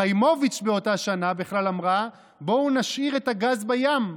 חיימוביץ' באותה שנה בכלל אמרה: בואו נשאיר את הגז בים,